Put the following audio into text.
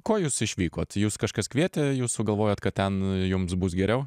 ko jūs išvykot jus kažkas kvietė jūs sugalvojot kad ten jums bus geriau